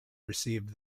received